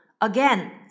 Again